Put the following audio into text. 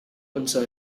unser